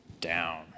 down